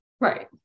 Right